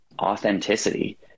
authenticity